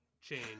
change